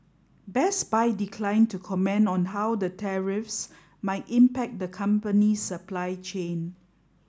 Best Buy declined to comment on how the tariffs might impact the company's supply chain